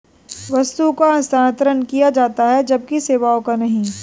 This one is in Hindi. वस्तु का हस्तांतरण किया जा सकता है जबकि सेवाओं का नहीं